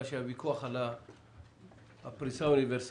רק הוויכוח היה על הפריסה האוניברסאלית